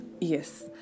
yes